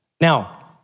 Now